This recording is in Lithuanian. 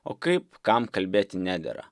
o kaip kam kalbėti nedera